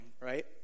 right